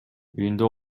үйүндө